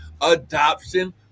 Adoption